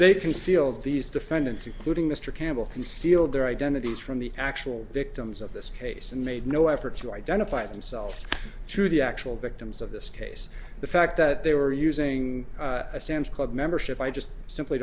they conceal these defendants including mr campbell conceal their identities from the actual victims of this case and made no effort to identify themselves to the actual victims of this case the fact that they were using a standard club membership i just simply